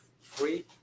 free